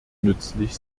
nützlich